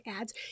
ads